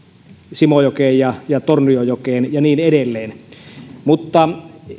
simojokeen ja ja tornionjokeen ja niin edelleen